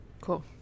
Cool